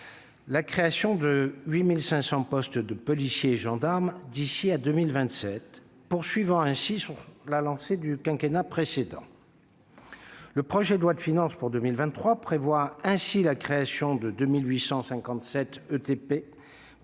la création de 8 500 postes de policiers et de gendarmes d'ici à 2027, poursuivant ainsi sur la lancée du quinquennat précédent. Le projet de loi de finances pour 2023 prévoit la création de 2 857